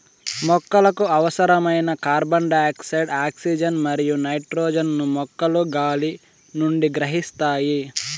మొక్కలకు అవసరమైన carbon dioxide, oxygen మరియు నైట్రోజన్ ను మొక్కలు గాలి నుండి గ్రహిస్తాయి